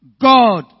God